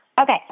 Okay